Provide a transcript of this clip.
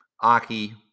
Aki